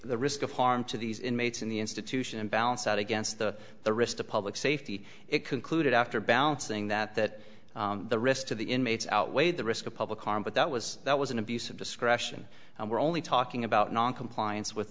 the risk of harm to these inmates in the institution and balance out against the the risk to public safety it concluded after balancing that that the risk to the inmates outweighed the risk of public harm but that was that was an abuse of discretion and we're only talking about noncompliance with